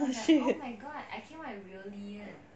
oh shit